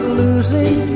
losing